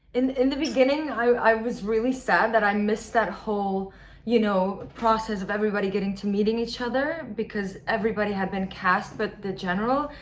in in the beginning, i was really sad that i missed that whole you know process of everybody getting to meet each other. because everybody had been cast but the general.